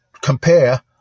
compare